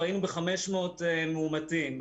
כבר היינו ב-500 מאומתים.